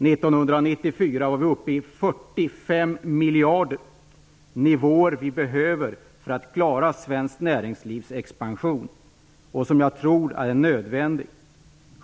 1994 var vi uppe i 45 miljarder. Det är nivåer som vi behöver för att klara svenskt näringslivs expansion, som jag tror är nödvändig.